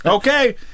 Okay